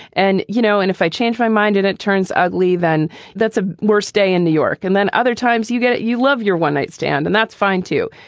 and, you know, and if i change my mind and it turns ugly, then that's a worse day in new york. and then other times you get it. you love your one night stand. and that's fine, too,